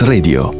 Radio